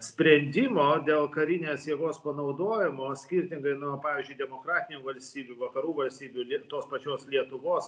sprendimo dėl karinės jėgos panaudojimo skirtingai nuo pavyzdžiui demokratinių valstybių vakarų valstybių li tos pačios lietuvos